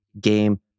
game